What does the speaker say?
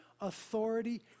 authority